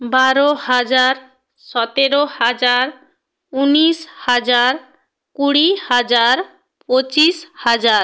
বারো হাজার সতেরো হাজার উনিশ হাজার কুড়ি হাজার পঁচিশ হাজার